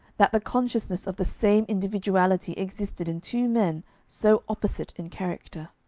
that the consciousness of the same individuality existed in two men so opposite in character.